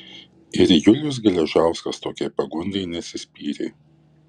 ir julius geležauskas tokiai pagundai neatsispyrė